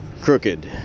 crooked